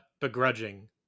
begrudging